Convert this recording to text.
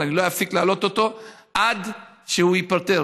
אבל אני לא אפסיק להעלות אותו עד שהוא ייפתר,